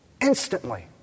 instantly